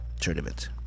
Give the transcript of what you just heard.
tournament